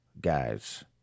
Guys